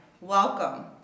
welcome